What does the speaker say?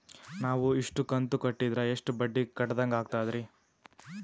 ನಾವು ಇಷ್ಟು ಕಂತು ಕಟ್ಟೀದ್ರ ಎಷ್ಟು ಬಡ್ಡೀ ಕಟ್ಟಿದಂಗಾಗ್ತದ್ರೀ?